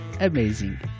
Amazing